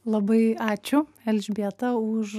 labai ačiū elžbieta už